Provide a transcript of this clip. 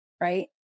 Right